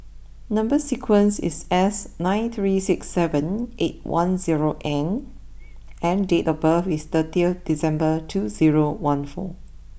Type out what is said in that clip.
number sequence is S nine three six seven eight one zero N and date of birth is thirty December two zero one four